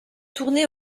tourné